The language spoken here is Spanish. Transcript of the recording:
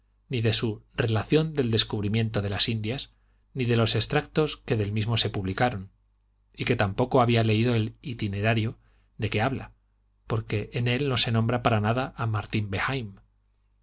ni de su relación del descubrimiento de las indias ni de los extractos que del mismo se publicaron y que tampoco había leído el itinerario de que habla porque en él no se nombra para nada a martín